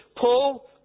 Paul